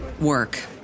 work